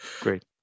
great